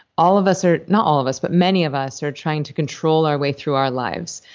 all of us are. not all of us, but many of us are trying to control our way through our lives.